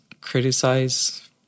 criticize